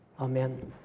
Amen